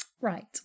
Right